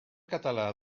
català